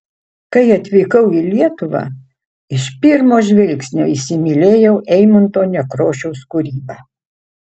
kai atvykau į lietuvą iš pirmo žvilgsnio įsimylėjau eimunto nekrošiaus kūrybą